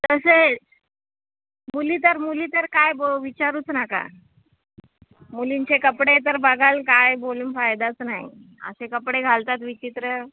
तसेच मुली तर मुली तर काय ब विचारूच नका मुलींचे कपडे तर बघाल तर काय बोलून फायदाच नाही असे कपडे घालतात विचित्र